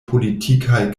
politikaj